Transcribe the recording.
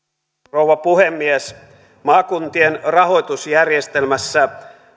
rouva puhemies maakuntien rahoitusjärjestelmässä